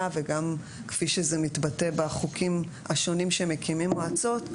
וגם כפי שזה מתבטא בחוקים השונים שמקימים מועצות,